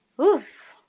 Oof